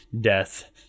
death